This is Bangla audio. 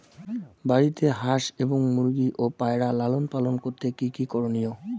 বাড়িতে হাঁস এবং মুরগি ও পায়রা লালন পালন করতে কী কী করণীয়?